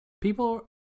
People